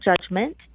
judgment